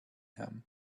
him